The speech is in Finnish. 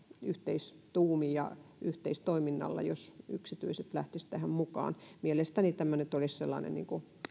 yhteistuumin ja yhteistoiminnalla jos yksityiset lähtisivät tähän mukaan mielestäni tämä olisi nyt sellainen